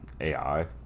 AI